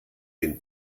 den